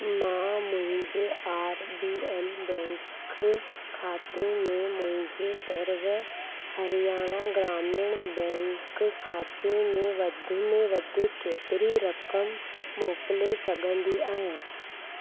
मां मुंहिंजे R B L bank खाते में मुंहिंजे सर्व हरियाणा ग्रामीण बैंक खाते में वधि में वधि केतिरी रक़म मोकिले सघंदी आहियां